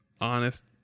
honest